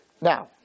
now